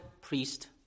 priest